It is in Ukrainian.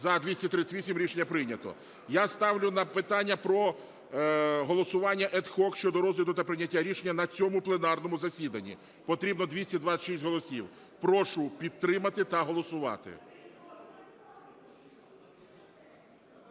За-238 Рішення прийнято. Я ставлю питання про голосування ad hoc щодо розгляду та прийняття рішення на цьому пленарному засіданні. Потрібно 226 голосів. Прошу підтримати та голосувати.